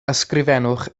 ysgrifennwch